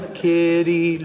kitty